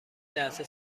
لحظه